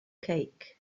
cake